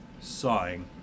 sawing